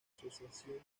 asociación